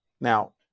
Now